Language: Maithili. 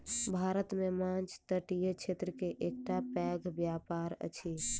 भारत मे माँछ तटीय क्षेत्र के एकटा पैघ व्यापार अछि